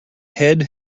head